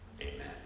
Amen